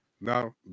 Now